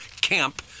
camp